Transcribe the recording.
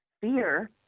fear